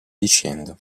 dicendo